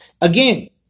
again